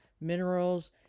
minerals